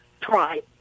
try